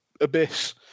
Abyss